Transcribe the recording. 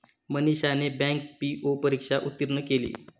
मनीषाने bank PO परीक्षा उत्तीर्ण केली